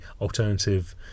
alternative